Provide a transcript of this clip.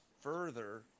further